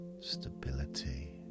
stability